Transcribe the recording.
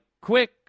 quick